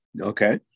Okay